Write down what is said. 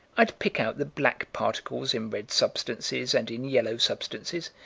i'd pick out the black particles in red substances and in yellow substances,